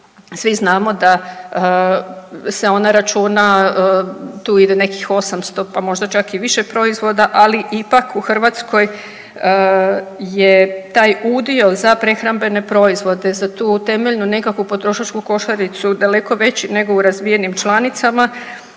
svi znamo da se ona računa, tu ide nekih 800, pa možda čak i više proizvod, ali ipak u Hrvatskoj je taj udio za prehrambene proizvode, za tu temeljnu nekakvu potrošačku košaricu daleko veći nego u razvijenim članicama